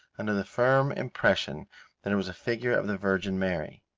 under the firm impression that it was a figure of the virgin mary.